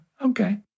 Okay